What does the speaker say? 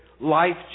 life